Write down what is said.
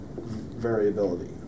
variability